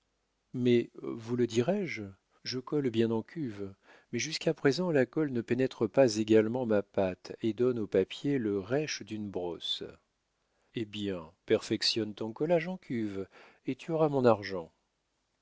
mais vous le dirai-je je colle bien en cuve mais jusqu'à présent la colle ne pénètre pas également ma pâte et donne au papier le rêche d'une brosse eh bien perfectionne ton collage en cuve et tu auras mon argent